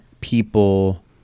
people